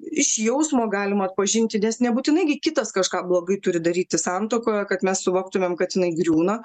iš jausmo galima atpažinti nes nebūtinai gi kitas kažką blogai turi daryti santuokoje kad mes suvoktumėm kad jinai griūna